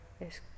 es